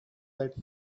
that